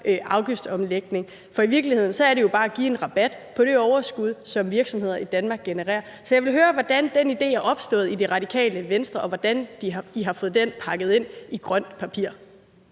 afgiftsomlægning, for i virkeligheden er det jo bare at give en rabat på det overskud, som virksomheder i Danmark genererer. Så jeg vil høre, hvordan den idé er opstået i Det Radikale Venstre, og hvordan I har fået det pakket ind i grønt papir.